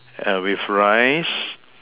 ah with rice